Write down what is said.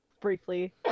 Briefly